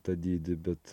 tą dydį bet